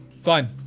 Fine